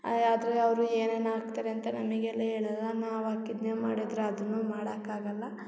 ಆದರೆ ಅವರು ಏನೇನು ಹಾಕ್ತಾರೆ ಅಂತ ನಮಗೆಲ್ಲ ಹೇಳಲ್ಲ ನಾವು ಹಾಕಿದ್ನೇ ಮಾಡಿದ್ರೆ ಅದನ್ನು ಮಾಡಕ್ಕಾಗಲ್ಲ